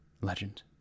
legend